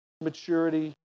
maturity